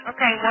Okay